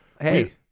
Hey